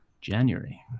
January